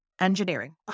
engineering